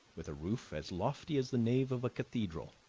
with a roof as lofty as the nave of a cathedral.